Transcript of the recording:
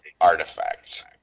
artifact